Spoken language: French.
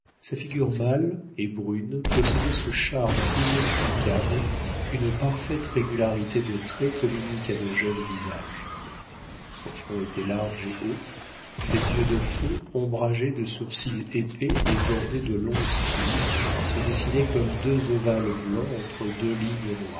sa figure mâle et brune possédait ce charme inexplicable qu'une parfaite régularité de traits communique à de jeunes visages son front était large et haut ses yeux de feu ombragés de sourcils épais et bordés de longs cils se dessinaient comme deux ovales blancs entre deux lignes